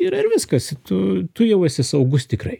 yra ir viskas tu tu jau esi saugus tikrai